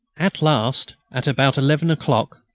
at last, at about eleven o'clock,